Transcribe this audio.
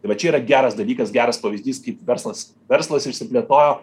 tai va čia yra geras dalykas geras pavyzdys kaip verslas verslas išsiplėtojo